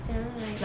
怎样 like